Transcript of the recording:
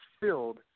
filled